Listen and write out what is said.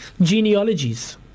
genealogies